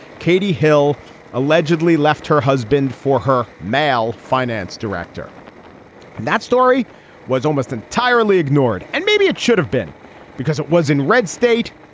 katie hill allegedly left her husband for her male finance director and that story was almost entirely ignored. and maybe it should have been because it was in red state.